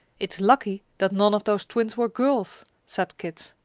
it's lucky that none of those twins were girls, said kit.